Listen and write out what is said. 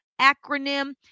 acronym